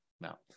now